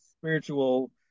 spiritual